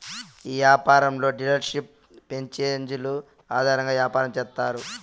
ఈ యాపారంలో డీలర్షిప్లు ప్రాంచేజీలు ఆధారంగా యాపారం చేత్తారు